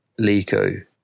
Lico